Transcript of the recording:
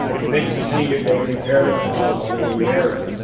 convince the senior they can repair the problem while they're in the area.